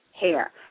hair